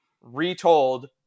retold